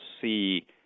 see